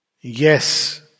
Yes